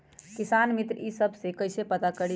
किसान मित्र ई सब मे कईसे पता करी?